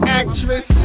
actress